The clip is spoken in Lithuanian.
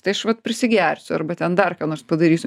tai aš vat prisigersiu arba ten dar ką nors padarysiu